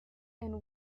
and